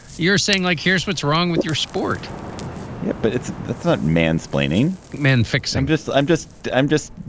you're saying like, here's what's wrong with your sport yeah but it's the thubten mansplaining men fix i'm just i'm just i'm just